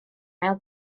ail